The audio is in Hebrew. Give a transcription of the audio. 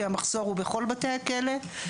כי המחסור הוא בכל בתי הכלא,